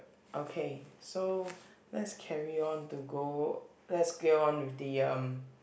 okay so let's carry on to go let's get on with the um